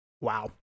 Wow